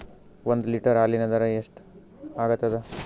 ಒಂದ್ ಲೀಟರ್ ಹಾಲಿನ ದರ ಎಷ್ಟ್ ಆಗತದ?